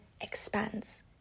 expands